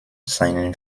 seinen